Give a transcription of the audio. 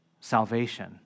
salvation